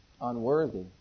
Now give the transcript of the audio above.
unworthy